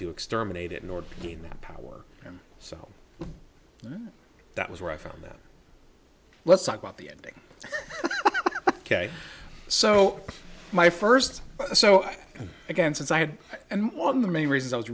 to exterminate it in order to gain that power so that was where i found that let's talk about the ending ok so my first so again since i had and one of the main reasons i was